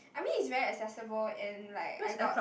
I mean it's very accessible and like I got